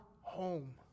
home